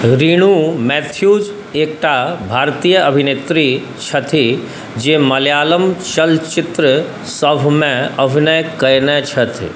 रीणु मैथ्यूज एकटा भारतीय अभिनेत्री छथि जे मलयालम चलचित्रसभमे अभिनय कयने छथि